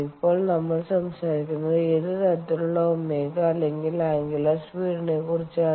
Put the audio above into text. ഇപ്പോൾ നമ്മൾ സംസാരിക്കുന്നത് ഏത് തരത്തിലുള്ള ω അല്ലെങ്കിൽ അംഗുലർ സ്പീഡ് യെക്കുറിച്ചാണ്